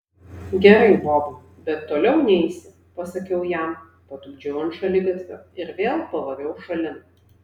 gerai bobai bet toliau neisi pasakiau jam patupdžiau ant šaligatvio ir vėl pavariau šalin